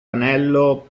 anello